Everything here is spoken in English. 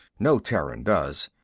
no terran does.